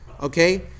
Okay